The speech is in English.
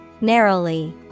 narrowly